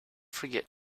forget